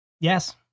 Yes